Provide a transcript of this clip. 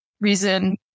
reason